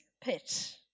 pit